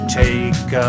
take